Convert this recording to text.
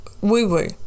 woo-woo